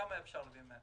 כמה אפשר להביא?